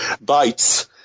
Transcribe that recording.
bites